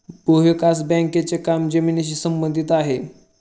भूविकास बँकेचे काम जमिनीशी संबंधित आहे